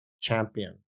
champion